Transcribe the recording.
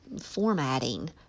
formatting